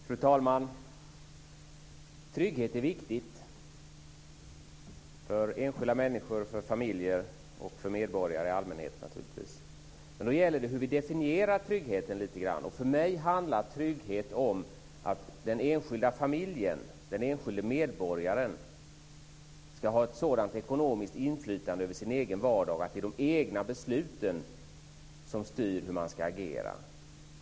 Fru talman! Trygghet är viktigt för enskilda människor, för familjer och för medborgare i allmänhet. Då gäller det hur vi definierar tryggheten. För mig handlar trygghet om att den enskilda familjen och den enskilde medborgaren ska ha ett sådant ekonomiskt inflytande över sin egen vardag att det är de egna besluten som styr hur man ska agera.